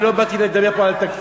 אני לא באתי לדבר פה על התקציב.